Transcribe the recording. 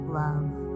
love